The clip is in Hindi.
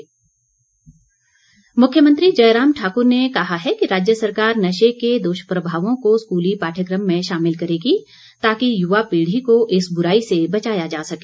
जयराम मुख्यमंत्री जयराम ठाकुर ने कहा है कि राज्य सरकार नशे के दुष्प्रभावों को स्कूली पाठ्यक्रम में शामिल करेगी ताकि युवा पीढ़ी को इस बुराई से बचाया जा सके